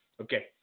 Okay